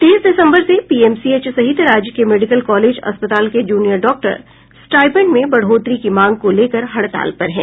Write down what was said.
तेईस दिसंबर से पीएमसीएच सहित राज्य के मेडिकल कॉलेज अस्पताल के जूनियर डॉक्टर स्टाइपेंड में बढ़ोतरी की मांग को लेकर हड़ताल पर हैं